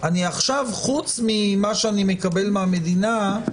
חוץ ממה שאני מקבל מהמדינה,